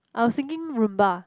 I was thinking Rumba